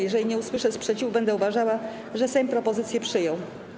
Jeżeli nie usłyszę sprzeciwu, będę uważała, że Sejm propozycję przyjął.